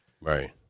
Right